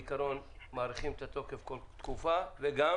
בעיקרון, מאריכים את התוקף כל תקופה וגם